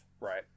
right